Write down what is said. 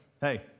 hey